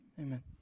amen